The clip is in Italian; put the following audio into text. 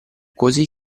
così